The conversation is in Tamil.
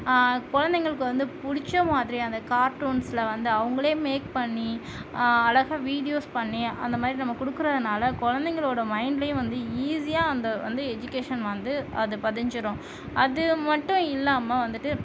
குழந்தைங்களுக்கு வந்து பிடிச்ச மாதிரி அந்த கார்ட்டூன்ஸில் வந்து அவங்களே மேக் பண்ணி அழகாக வீடியோஸ் பண்ணி அந்த மாதிரி நம்ம கொடுக்குறதுனால குழந்தைங்களோட மைண்ட்லேயும் வந்து ஈஸியாக வந்து அந்த எஜுகேஷன் வந்து அது பதிஞ்சுடும் அது மட்டும் இல்லாமல் வந்துட்டு